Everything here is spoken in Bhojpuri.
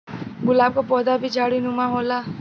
गुलाब क पौधा भी झाड़ीनुमा होला